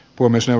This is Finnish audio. komissio